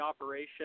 operation